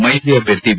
ಮೈತ್ರಿ ಅಭ್ಯರ್ಥಿ ವಿ